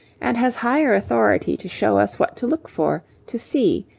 and has higher authority to show us what to look for, to see,